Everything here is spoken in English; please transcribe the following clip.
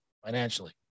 Financially